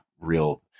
real